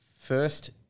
First